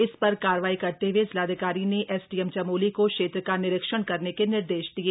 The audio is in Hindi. इस पर कार्रवाई करते हए जिलाधिकारी ने एसडीएम चमोली को क्षेत्र का निरीक्षण करने के निर्देश दिए